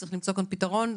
צריך למצוא כאן פתרון,